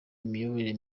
imiyoborere